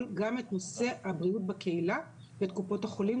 גם את הנושא של הבריאות בקהילה ואת קופות החולים,